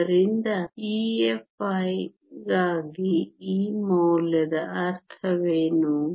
ಆದ್ದರಿಂದ EFi ಗಾಗಿ ಈ ಮೌಲ್ಯದ ಅರ್ಥವೇನು